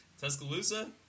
Tuscaloosa